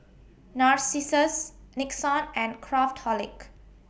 Narcissus Nixon and Craftholic